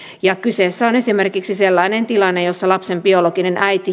kyseessä on esimerkiksi sellainen tilanne jossa lapsen biologinen äiti